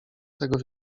tego